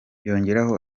yongeraho